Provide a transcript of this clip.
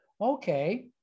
okay